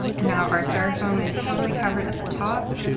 and now our styrofoam is totally covered at the top.